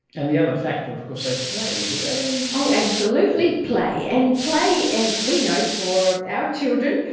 and the other factor of course, they play, do they? oh absolutely play. and play, as we know for our children,